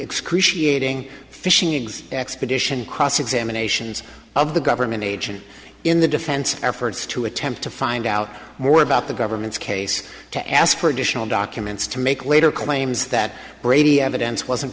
excruciating fishing igs expedition cross examinations of the government agent in the defense efforts to attempt to find out more about the government's case to ask for additional documents to make later claims that brady evidence wasn't